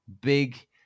big